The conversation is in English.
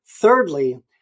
Thirdly